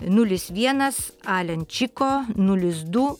nulis vienas alenčiko nulis du